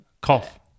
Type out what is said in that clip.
cough